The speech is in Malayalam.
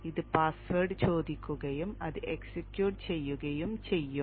ഇത് പാസ്വേഡ് ചോദിക്കുകയും അത് എക്സിക്യൂട്ട് ചെയ്യുകയും ചെയ്യും